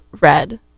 red